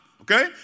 Okay